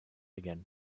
again